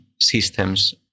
systems